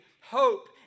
hope